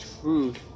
Truth